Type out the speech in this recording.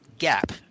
Gap